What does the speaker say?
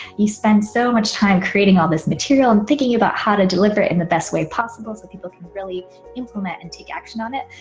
you spend so much time creating all this material and thinking about how to deliver it in the best way possible so people can really implement and take action on it,